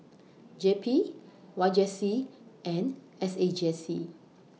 J P Y J C and S A J C